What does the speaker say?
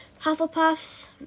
Hufflepuffs